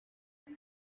iyi